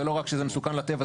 זה לא רק שזה מסוכן לטבע,